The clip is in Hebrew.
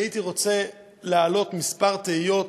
אני הייתי רוצה להעלות כמה תהיות.